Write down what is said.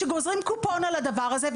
שגוזרים קופון על הדבר הזה,